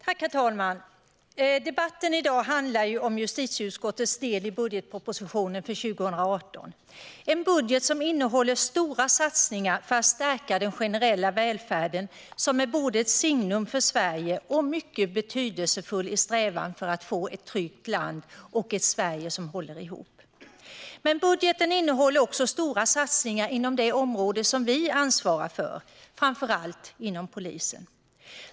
Herr talman! Debatten i dag handlar om justitieutskottets del i budgetpropositionen för 2018 - en budget som innehåller stora satsningar för att stärka den generella välfärd som både är ett signum för Sverige och mycket betydelsefull i strävan att få ett tryggt land och ett Sverige som håller ihop. Men budgeten innehåller också stora satsningar inom det område vi ansvarar för, framför allt på polisen.